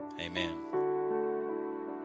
amen